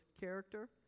character